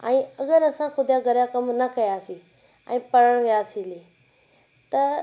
ऐं अगरि असां ख़ुदि जा घर जा कम न कयासीं ऐं पढ़णु वियासं हली त